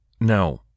Now